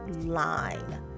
line